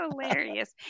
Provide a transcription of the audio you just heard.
hilarious